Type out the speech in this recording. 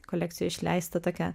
kolekcijoj išleista tokią